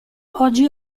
oggi